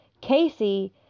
Casey